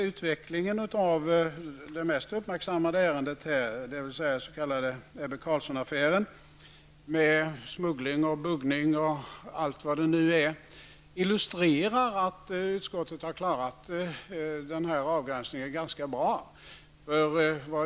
Utvecklingen av det mest uppmärksammade ärendet, den s.k. Ebbe Carlsson-affären, med smuggling, buggning och allt vad det nu är, illustrerar att utskottet har klarat avgränsningen ganska bra.